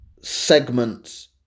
segments